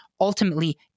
ultimately